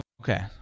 Okay